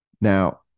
Now